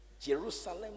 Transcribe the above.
Jerusalem